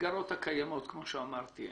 במסגרות הקיימות כמו שאמרתי.